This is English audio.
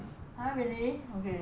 !huh! really okay